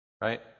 Right